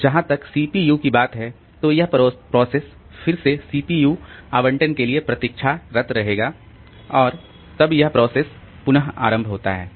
तो जहां तक सीपीयू की बात है तो यह प्रोसेस फिर से सीपीयू आवंटन के लिए प्रतीक्षारत रहेगा और तब यह प्रोसेस पुनः आरंभ होता है